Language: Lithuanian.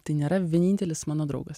tai nėra vienintelis mano draugas